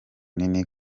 nini